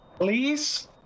Please